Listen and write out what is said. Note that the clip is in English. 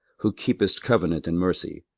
who keepest covenant and mercy,